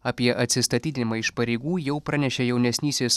apie atsistatydinimą iš pareigų jau pranešė jaunesnysis